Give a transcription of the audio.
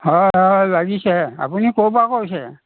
হয় হয় লাগিছে আপুনি ক'ৰ পৰা কৈছে